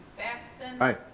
batson. i.